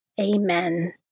Amen